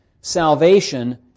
salvation